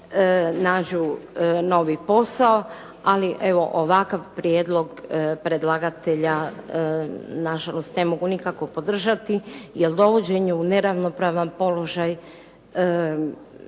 nađu novi posao. Ali evo ovakav prijedlog predlagatelja nažalost ne mogu nikako podržati, jer dovođenje u neravnopravan položaj